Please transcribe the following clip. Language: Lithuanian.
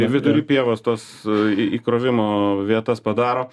vidury pievos tos į įkrovimo vietas padaro